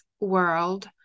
world